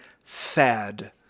Thad